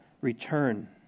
return